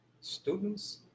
students